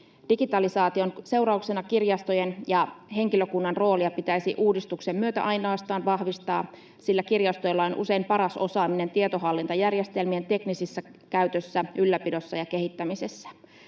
Digitalisaation seurauksena kirjastojen ja henkilökunnan roolia pitäisi uudistuksen myötä ainoastaan vahvistaa, sillä kirjastoilla on usein paras osaaminen tietohallintajärjestelmien teknisessä käytössä, ylläpidossa ja kehittämisessä.